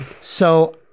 So-